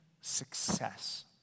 success